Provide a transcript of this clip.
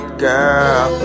girl